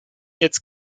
jetzt